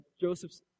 Joseph's